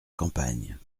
campagne